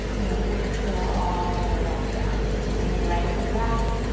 and then exhale all the way back down. bring the right foot back.